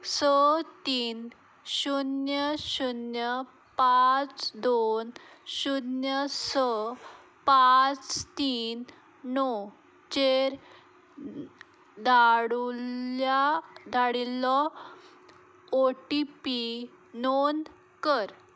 स तीन शुन्य शुन्य पांच दोन शुन्य स पांच तीन णव चेर दाडुल्ल्या धाडिल्लो ओ टी पी नोंद कर